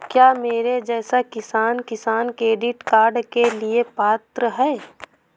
क्या मेरे जैसा किसान किसान क्रेडिट कार्ड के लिए पात्र है?